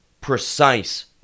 precise